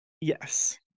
Yes